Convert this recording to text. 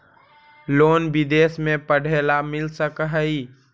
Loan विदेश में पढ़ेला मिल सक हइ?